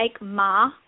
Ma